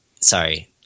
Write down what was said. sorry